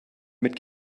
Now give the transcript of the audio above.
mit